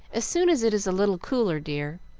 as soon as it is a little cooler, dear,